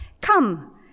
Come